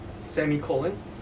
semicolon